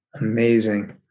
Amazing